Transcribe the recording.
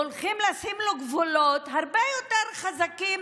הולכים לשים להם גבולות הרבה יותר חזקים